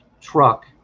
truck